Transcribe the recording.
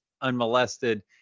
unmolested